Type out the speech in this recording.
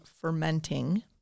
Fermenting